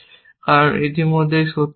কারণ এটি ইতিমধ্যেই সত্য ছিল